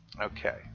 Okay